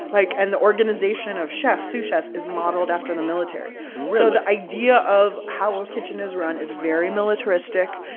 like, and the organization of chef, sous chef is modeled after the military really? so the idea of how a kitchen is run is very militaristic.